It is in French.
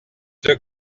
deux